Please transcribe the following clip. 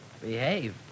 Behave